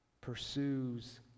pursues